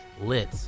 lit